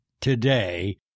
today